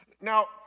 Now